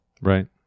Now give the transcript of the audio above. Right